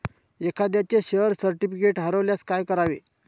एखाद्याचे share certificate हरवल्यास काय करावे?